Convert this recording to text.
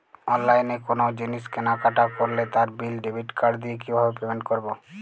অনলাইনে কোনো জিনিস কেনাকাটা করলে তার বিল ডেবিট কার্ড দিয়ে কিভাবে পেমেন্ট করবো?